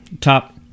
top